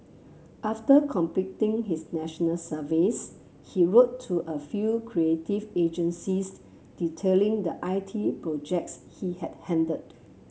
after completing his National Service he wrote to a few creative agencies detailing the I T projects he had handled